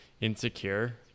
insecure